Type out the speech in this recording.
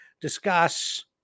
discuss